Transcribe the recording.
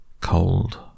cold